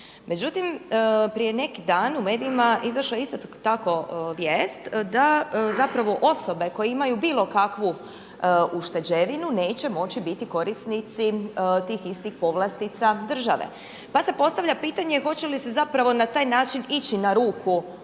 Međutim prije neki dan u medijima izašla je isto tako vijest da zapravo osobe koje imaju bilo kakvu ušteđevinu neće moći biti korisnici tih istih povlastica države. Pa se postavlja pitanje hoće li se zapravo na taj način ići na ruku mladim